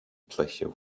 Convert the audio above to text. pleasure